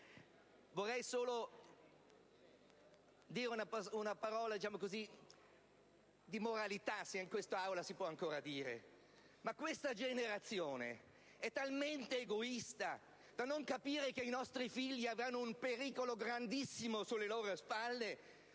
ultimo, spendere una parola di moralità, se in quest'Aula si può ancora fare. Ma questa generazione è talmente egoista da non capire che i nostri figli avranno un pericolo grandissimo grave che penderà